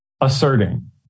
asserting